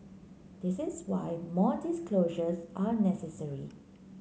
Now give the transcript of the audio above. this is why more disclosures are necessary